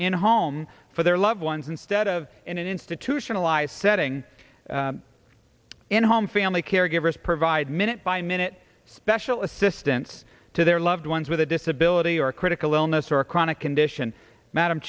a home for their loved ones instead of in an institutionalized setting in a home family caregivers provide minute by minute special assistance to their loved ones with a disability or critical illness or a chronic condition madam